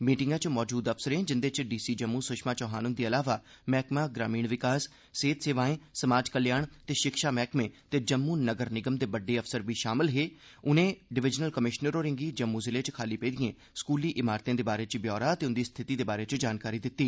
मीटिंगै च मजूद अफसरें जिंदे च डीसी जम्मू सुषमा चौहान हुंदे इलावा मैहकमा ग्रामीण विकास सेहत सेवाएं समाज कल्याण ते शिक्षा मैहकमे ते जम्मू नगर निगम दे बड्डे अफसर बी शामल हे नै जम्मू जिले च खाली पेदिएं स्कूली इमारतें दे बारै च ब्यौरा ते उंदी स्थिति दे बारे च जानकारी दित्ती